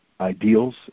ideals